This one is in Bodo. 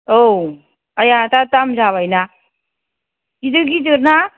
औ आया दा दाम जाबायना गिदिर गिदिरना